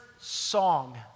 song